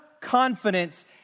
confidence